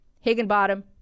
Higginbottom